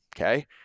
okay